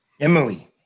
Emily